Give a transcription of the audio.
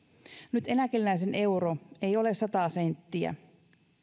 nyt eläkeläisen euro ei ole sata senttiä